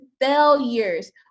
failures